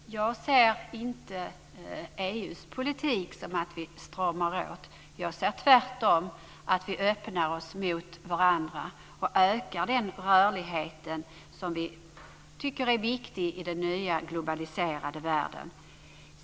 Herr talman! Jag ser inte EU:s politik som att vi stramar åt. Jag ser tvärtom att vi öppnar oss mot varandra och ökar den rörlighet som vi tycker är viktig i den nya globaliserade världen.